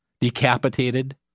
decapitated